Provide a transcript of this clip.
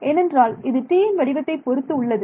ஏனென்றால் இது Tயின் வடிவத்தைப் பொறுத்து உள்ளது